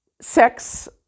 sex